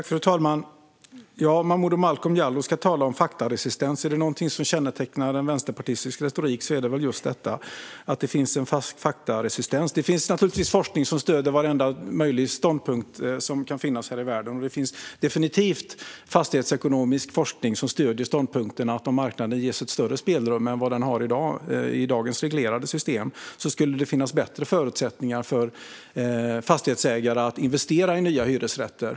Fru talman! Och Momodou Malcolm Jallow ska tala om faktaresistens! Om det är någonting som kännetecknar vänsterpartistisk retorik är det väl just detta att det finns en faktaresistens. Det finns naturligtvis forskning som stöder varenda möjlig ståndpunkt som kan finnas här i världen. Och det finns definitivt fastighetsekonomisk forskning som stöder ståndpunkten att om marknaden ges ett större spelrum än den har i dagens reglerade system blir det bättre förutsättningar för fastighetsägare att investera i nya hyresrätter.